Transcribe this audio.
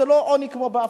זה לא עוני כמו באפריקה,